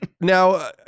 Now